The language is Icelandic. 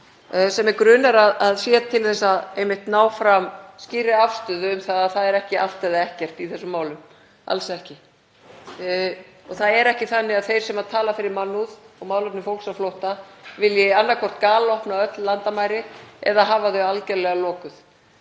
sem mig grunar að sé hugsað til að ná fram skýrri afstöðu um að það er ekki allt eða ekkert í þessum málum, alls ekki. Það er ekki þannig að þeir sem tala fyrir mannúð og málefnum fólks á flótta vilji annaðhvort galopna öll landamæri eða hafa þau algjörlega lokuð.